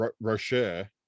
Rocher